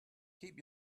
keep